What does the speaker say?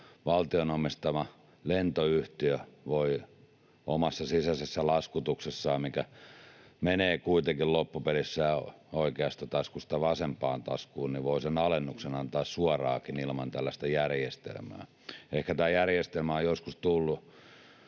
Valtion omistama lentoyhtiö voi omassa sisäisessä laskutuksessaan, mikä menee kuitenkin loppupeleissä oikeasta taskusta vasempaan taskuun, antaa sen alennuksen suoraankin ilman tällaista järjestelmää. Ehkä tämä järjestelmä on joskus tullut